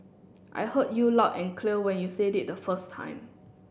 I heard you loud and clear when you said it the first time